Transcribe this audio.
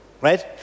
right